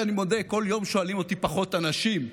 ואני מודה שבכל יום שואלים אותי פחות אנשים,